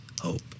hope